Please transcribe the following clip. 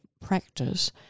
practice